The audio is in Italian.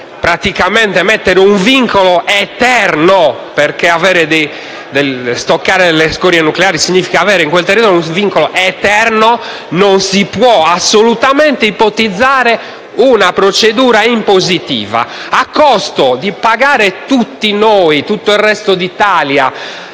praticamente mettere un vincolo eterno (perché stoccare scorie nucleari significa avere in quel territorio un vincolo eterno) non si può assolutamente ipotizzare una procedura impositiva, a costo di pagare tutti noi, tutto il resto d'Italia.